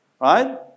Right